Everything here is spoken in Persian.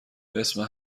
اسم